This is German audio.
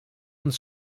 uns